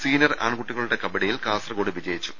സീനിയർആൺകുട്ടികളുടെ കബഡിയിൽ കാസർഗോഡ് വിജയിച്ചു